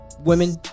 Women